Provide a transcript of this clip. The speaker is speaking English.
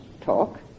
talk